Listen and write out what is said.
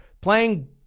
Playing